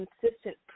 consistent